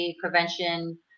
prevention